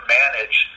manage